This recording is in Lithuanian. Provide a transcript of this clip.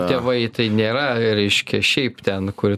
tėvai tai nėra reiškia šiaip ten kur